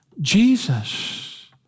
Jesus